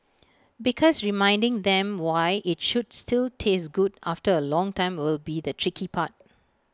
because reminding them why IT should still taste good after A long time will be the tricky part